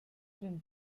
den